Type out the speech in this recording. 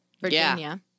Virginia